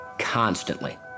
Constantly